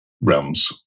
realms